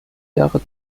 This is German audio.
jahre